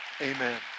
Amen